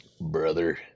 Brother